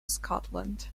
scotland